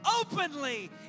openly